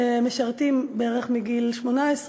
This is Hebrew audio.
שמשרתים בערך מגיל 18,